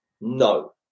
no